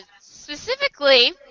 specifically